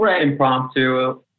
impromptu